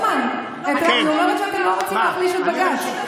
רוטמן, היא אומרת שאתם לא רוצים להחליש את בג"ץ.